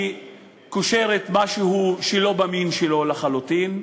היא קושרת משהו שלא במין שלו לחלוטין.